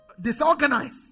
disorganized